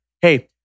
hey